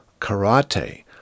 karate